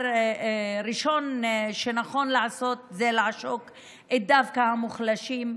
הראשון שנכון לעשות זה לעשוק דווקא את המוחלשים,